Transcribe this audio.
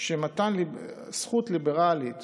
שמתן זכות ליברלית